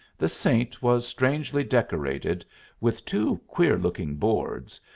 the saint was strangely decorated with two queer-looking boards,